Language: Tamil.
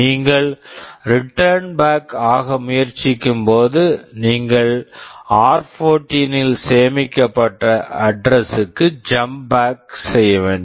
நீங்கள் ரிட்டர்ன் பேக் Return back ஆக முயற்சிக்கும்போது நீங்கள் ஆர்14 r14 இல் சேமிக்கப்பட்ட அட்ரஸ் address க்குத் ஜம்ப் பேக் jump back செய்யவேண்டும்